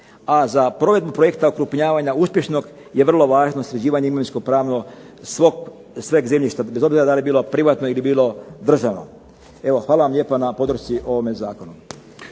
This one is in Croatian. A za provedbu projekta okrupnjavanja uspješnog je vrlo važno sređivanje imovinsko-pravno svog zemljišta, bez obzira dal je bilo privatno ili je bilo državno. Evo hvala vam lijepa na podršci ovome zakonu.